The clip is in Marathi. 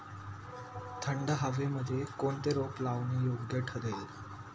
थंड हवेमध्ये कोणते रोप लावणे योग्य ठरेल?